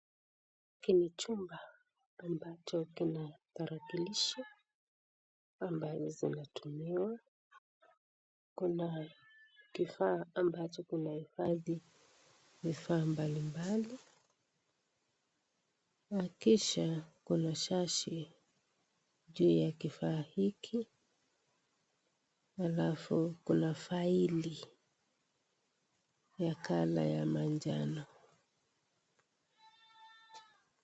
Hiki ni chumba ambacho kina tarakilishi ambayo zimetumiwa , kuna kifaa ambacho kinahifadhi vifaa mbalimbali na kisha kuna shashi juu ya kifaa hiki alafu kuna faili ya colour ya manjano.